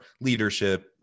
leadership